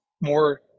more